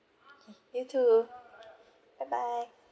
okay you too bye bye